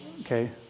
okay